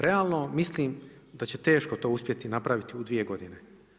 Realno mislim da će teško to uspjeti napraviti u 2 godine.